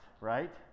right